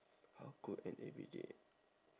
how could an everyday